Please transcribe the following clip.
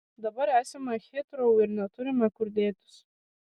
dabar esame hitrou ir neturime kur dėtis